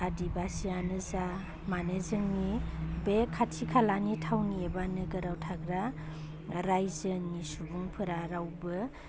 आदिबासियानो जा मानि जोंनि बे खाथि खालानि थावनि एबा नोगोराव थाग्रा रायजोनि सुबुंफोरा रावबो